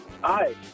Hi